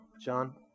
John